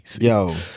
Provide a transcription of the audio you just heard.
Yo